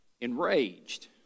Enraged